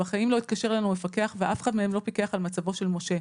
בחיים לא התקשר אלינו מפקח ואף אחד מהם לא פיקח על מצבו של משה.